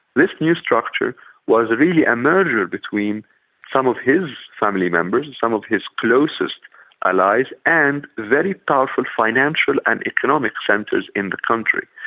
this new structure was really a merger between some of his family members and some of his closest allies and very powerful financial and economic centres in the country.